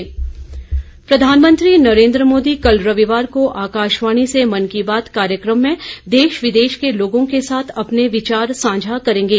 मन की बात प्रधानमंत्री नरेंद्र मोदी कल रविवार को आकाशवाणी से मन की बात कार्यक्रम में देश विदेश के लोगों के साथ अपने विचार साझा करेंगे